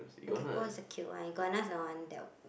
gecko is the cute one iguana is the one that